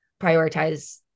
prioritize